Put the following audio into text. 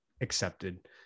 accepted